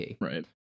Right